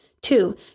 Two